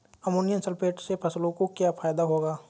Ammonium sulphate से फसलों को क्या फायदा होगा?